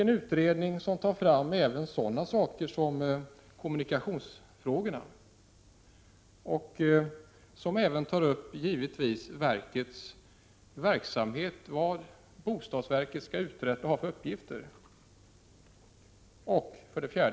En utredning bör också behandla kommunikationsfrågorna och givetvis själva verksamheten, bl.a. vilka uppgifter bostadsverket skall ha.